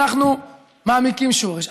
אנחנו מעמיקים שורש.